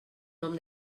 nom